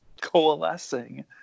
coalescing